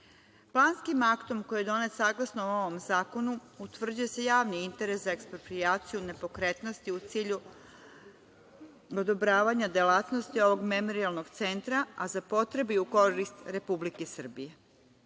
vrednost. Planskim aktom, koji je donet saglasno ovom zakonu, utvrđuje se javni interes za eksproprijaciju nepokretnosti u cilju odobravanja delatnosti ovog Memorijalnog centra, a za potrebe i korist Republike